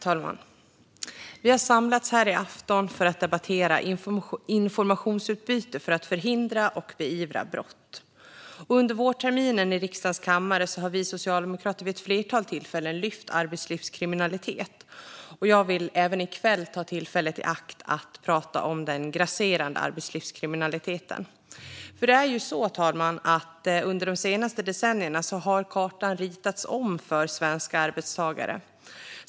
Fru talman! Vi har samlats här i afton för att debattera informationsutbyte som har syftet att förhindra och beivra brott. Under vårterminen i riksdagens kammare har vi socialdemokrater vid ett flertal tillfällen tagit upp arbetslivskriminaliteten. Jag vill även i kväll ta tillfället i akt att prata om den grasserande arbetslivskriminaliteten. Fru talman! Under de senaste decennierna har kartan ritats om för svenska arbetstagare.